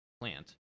plant